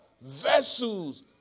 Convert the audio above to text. vessels